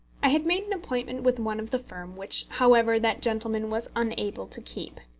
i had made an appointment with one of the firm, which, however, that gentleman was unable to keep.